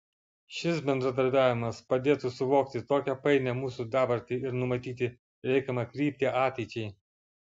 šis bendradarbiavimas padėtų suvokti tokią painią mūsų dabartį ir numatyti reikiamą kryptį ateičiai